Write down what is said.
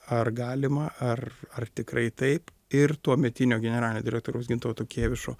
ar galima ar ar tikrai taip ir tuometinio generalinio direktoriaus gintauto kėvišo